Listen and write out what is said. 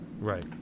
Right